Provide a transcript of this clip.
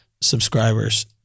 subscribers